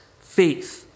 faith